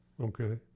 Okay